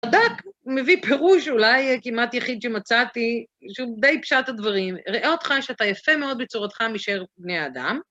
הדק מביא פירוש אולי כמעט יחיד שמצאתי, שהוא די פשט הדברים, ראה אותך שאתה יפה מאוד בצורתך משאר בני האדם,